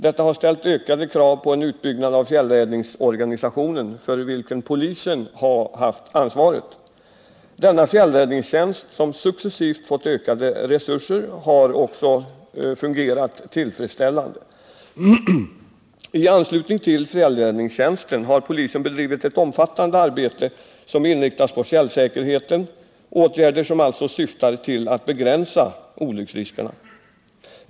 Detta har ställt krav på en utbyggnad av fjällräddningsorganisationen, för vilken polisen har haft ansvaret. Denna fjällräddningstjänst, som successivt fått ökade resurser, har också fungerat tillfredsställande. I anslutning till fjällräddningstjänsten har polisen bedrivit ett omfattande arbete som inriktats på fjällsäkerheten, åtgärder som syftar till att begränsa olycksriskerna.